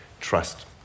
trust